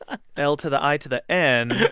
ah l to the i to the n.